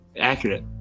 Accurate